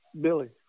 Billy